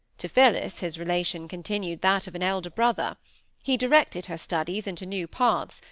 to phillis his relation continued that of an elder brother he directed her studies into new paths,